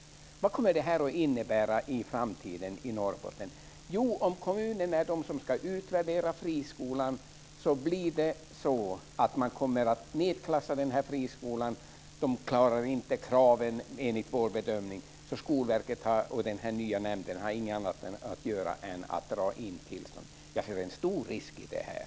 Vad kommer det här att innebära i framtiden i Norrbotten? Jo, om kommunerna är de som ska utvärdera friskolan kommer de att nedklassa friskolan och säga att den inte klarar kraven enligt deras bedömning. Då har Skolverket och den nya nämnden inget annat att göra än att dra in tillståndet. Jag ser en stor risk i det här.